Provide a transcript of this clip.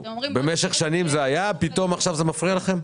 במשך שנים זה היה ופתאום עכשיו זה מפריע לכם?